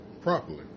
properly